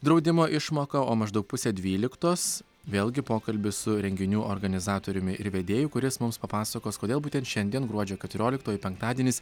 draudimo išmoką o maždaug pusę dvyliktos vėlgi pokalbis su renginių organizatoriumi ir vedėju kuris mums papasakos kodėl būtent šiandien gruodžio keturioliktoji penktadienis